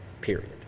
period